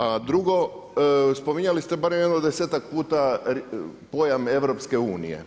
A drugo, spominjali ste barem jedno desetak puta pojam EU.